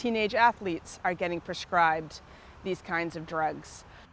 teenage athletes are getting prescribed these kinds of drugs